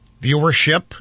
viewership